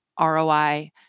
ROI